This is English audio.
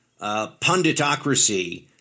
punditocracy